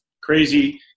crazy